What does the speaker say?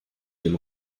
dem